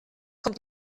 kommt